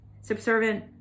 subservient